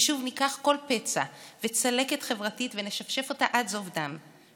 ששוב ניקח כל פצע וצלקת חברתית ונשפשף אותם עד זוב דם,